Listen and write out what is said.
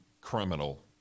criminal